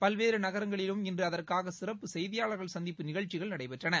பல்வேறு நகரங்களிலும் இன்று அதற்காக சிறப்பு செய்தியாளர்கள் சந்திப்பு நிகழ்ச்சிகள் நடைபெறுகின்றன